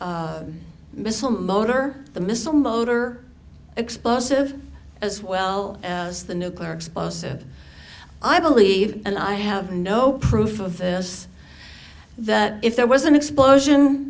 nuclear missile motor the missile motor explosive as well as the nuclear explosive i believe and i have no proof of this that if there was an explosion